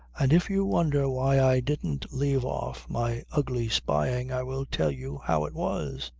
and if you wonder why i didn't leave off my ugly spying i will tell you how it was.